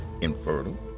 infertile